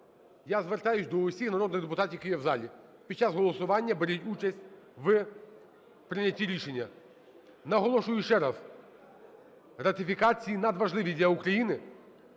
я звертаюсь до всіх народних депутатів, які є в залі, під час голосування беріть участь в прийнятті рішення. Наголошую ще раз, ратифікації надважливі для України